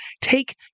take